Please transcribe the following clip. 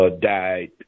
died